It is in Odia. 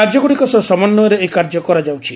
ରାଜ୍ୟଗୁଡ଼ିକ ସହ ସମନ୍ୱୟରେ ଏହି କାର୍ଯ୍ୟ କରାଯାଉଛି